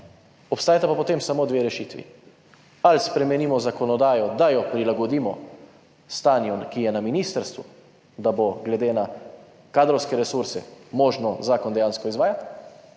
Obstajata pa potem samo dve rešitvi, ali spremenimo zakonodajo, da jo prilagodimo stanju, ki je na ministrstvu, da bo glede na kadrovske resurse možno zakon dejansko izvajati,